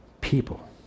people